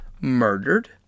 murdered